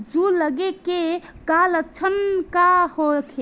जूं लगे के का लक्षण का होखे?